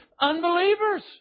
unbelievers